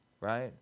right